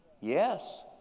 yes